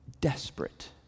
Desperate